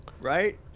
Right